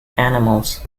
animals